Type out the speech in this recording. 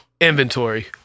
Inventory